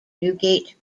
newgate